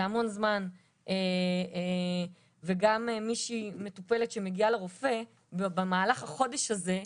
זה המון זמן וגם מטופלת שמגיעה לרופא במהלך החודש הזה,